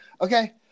okay